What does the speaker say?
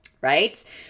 right